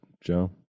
Joe